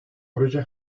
proje